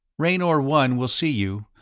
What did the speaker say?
raynor one will see you.